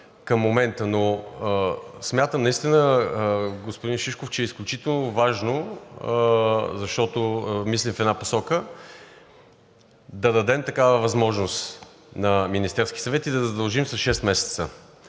към момента. Смятам наистина, господин Шишков, че е изключително важно, защото мислим в една посока – да дадем такава възможност на Министерския съвет и да задължим с шест месеца.